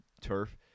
turf